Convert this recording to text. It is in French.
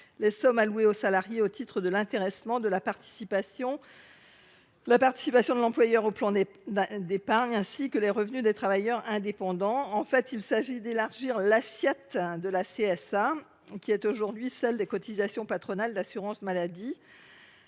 les sommes allouées aux salariés au titre de l’intéressement, de la participation de l’employeur au plan d’épargne, ainsi que les revenus des travailleurs indépendants. Il s’agit donc d’élargir l’assiette de la CSA, qui est actuellement limitée aux cotisations patronales d’assurance maladie.